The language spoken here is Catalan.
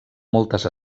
moltes